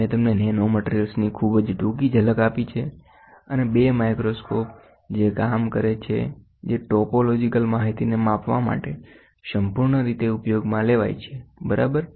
મેં તમને નેનોમેટ્રીયલ્સની ખૂબ જ ટૂંકી ઝલક આપી છેઅને 2 માઇક્રોસ્કોપ જે કામ કરે છે જે ટોપોલોજીકલ માહિતીને માપવા માટે સંપૂર્ણ રીતે ઉપયોગમાં લેવાય છે બરાબર